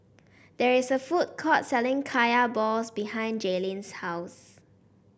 there is a food court selling Kaya Balls behind Jaelyn's house